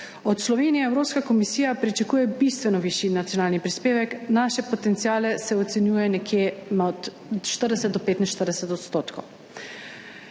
Od Slovenije Evropska komisija pričakuje bistveno višji nacionalni prispevek, naše potenciale se ocenjuje nekje od 40 do 45 %.